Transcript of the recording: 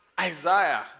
Isaiah